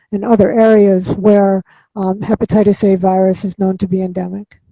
and other areas where hepatitis a virus is known to be endemic.